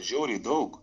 žiauriai daug